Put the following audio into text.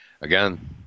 again